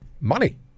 money